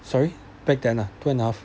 sorry back then !huh! two and a half